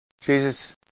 Jesus